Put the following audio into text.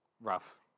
Rough